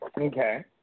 Okay